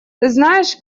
знаешь